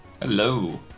Hello